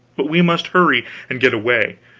but we must hurry and get away,